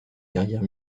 carrière